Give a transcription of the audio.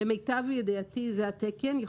למיטב ידיעתי זה התקן.